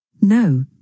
No